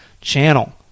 channel